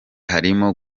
harimo